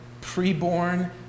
pre-born